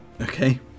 Okay